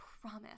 promise